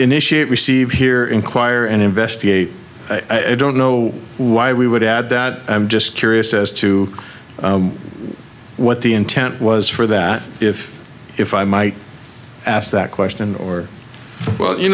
initiate received here inquire and investigate i don't know why we would add that i'm just curious as to what the intent was for that if if i might ask that question or well you